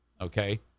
Okay